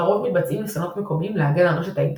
לרוב מתבצעים ניסיונות מקומיים להגן על רשת האינטרנט.